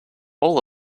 all